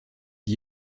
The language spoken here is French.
d’y